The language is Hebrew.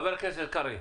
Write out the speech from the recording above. חבר הכנסת קרעי,